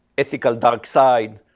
ethical dark side,